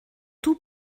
tout